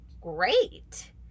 Great